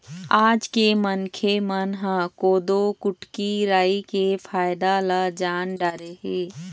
आज के मनखे मन ह कोदो, कुटकी, राई के फायदा ल जान डारे हे